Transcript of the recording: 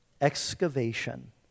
excavation